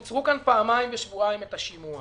קיצרו כאן פעמיים בשבועיים את השימוע.